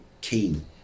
keen